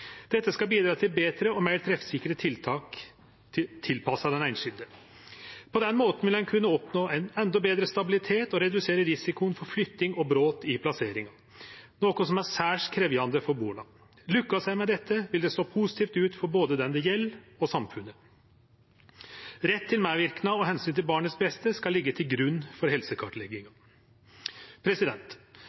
Dette skal bidra til betre og meir treffsikre tiltak tilpassa den einskilde. På den måten vil ein kunne oppnå ein endå betre stabilitet og redusere risikoen for flytting og brot i plassering, noko som er særs krevjande for barna. Lukkast ein med dette, vil det slå positivt ut for både den det gjeld, og samfunnet. Rett til medverknad og omsynet til det beste for barnet skal liggje til grunn for helsekartlegginga.